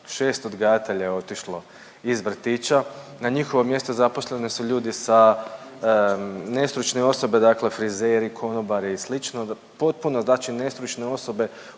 6 odgajatelja je otišlo iz vrtića. Na njihovo mjesto zaposleni su ljudi sa, nestručne osobe dakle frizeri, konobari i slično, potpuno znači nestručne osobe.